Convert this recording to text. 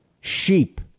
sheep